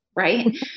Right